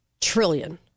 trillion